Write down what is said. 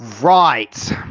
Right